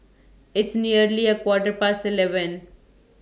its nearly A Quarter Past eleven